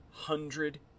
Hundred